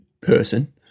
person